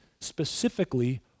specifically